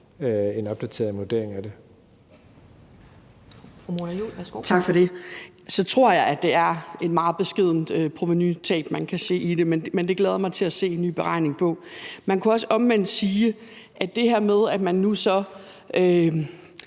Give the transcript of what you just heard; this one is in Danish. en opdateret vurdering af det.